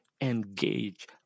engage